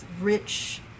rich